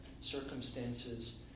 circumstances